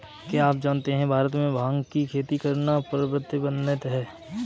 क्या आप जानते है भारत में भांग की खेती करना प्रतिबंधित है?